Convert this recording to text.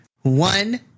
one